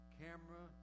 camera